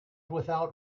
without